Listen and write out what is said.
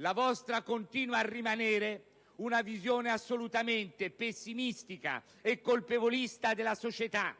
la vostra continua a rimanere una visione assolutamente pessimistica e colpevolista della società;